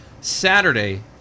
Saturday